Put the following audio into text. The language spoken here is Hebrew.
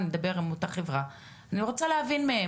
אני רוצה להבין,